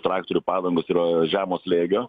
traktorių padangos yra žemo slėgio